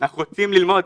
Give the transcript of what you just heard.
אנחנו רוצים ללמוד,